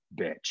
bitch